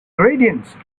gradients